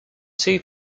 two